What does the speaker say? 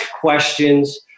questions